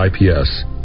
IPS